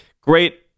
Great